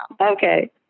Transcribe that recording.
Okay